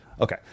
Okay